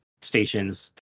stations